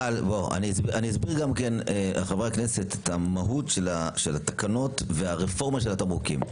אסביר את המהות של התקנות והרפורמה של התמרוקים,